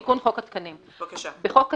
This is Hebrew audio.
"תיקון חוק התקנים 29. בחוק התקנים,